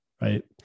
right